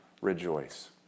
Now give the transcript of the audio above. rejoice